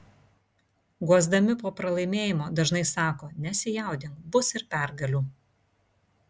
guosdami po pralaimėjimo dažnai sako nesijaudink bus ir pergalių